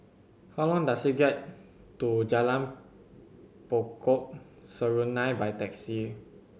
how long does it get to Jalan Pokok Serunai by taxi